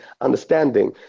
understanding